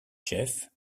jeff